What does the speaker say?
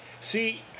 see